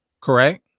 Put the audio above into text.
correct